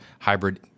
hybrid